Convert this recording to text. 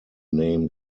name